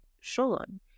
Sean